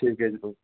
ਠੀਕ ਹੈ ਜੀ